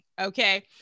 Okay